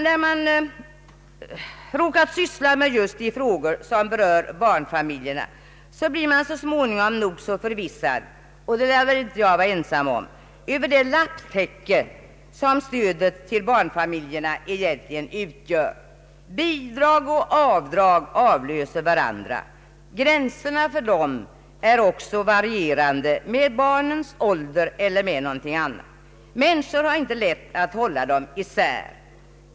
När man råkar syssla med just de frågor som berör barnfamiljerna blir man så småningom nog så förvirrad — och det lär jag inte vara ensam om — över det lapptäcke som stödet till barnfamiljerna egentligen utgör. Bidrag och avdrag avlöser varandra — gränserna för dem är också varierande med barnens ålder eller med någonting annat. Människor har inte lätt att hålla dem isär.